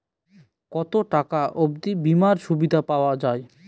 কত টাকা অবধি বিমার সুবিধা পাওয়া য়ায়?